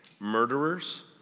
Murderers